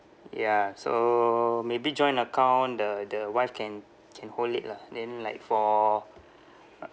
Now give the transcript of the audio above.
ya so maybe joint account the the wife can can hold it lah then like for